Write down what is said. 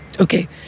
Okay